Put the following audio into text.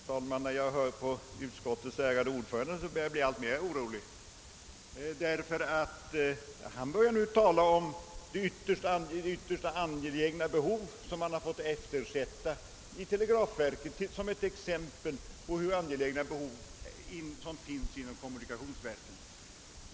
Herr talman! När jag lyssnar på ordföranden i statsutskottets fjärde avdelning blir jag mer och mer orolig. Herr Gustafson i Göteborg började med att tala om de ytterst angelägna uppgifter som har fått eftersättas vid televerket och han gjorde det som exempel på vilka trängande investeringsbehov som finns inom kommunikationsverken.